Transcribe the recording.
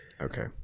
Okay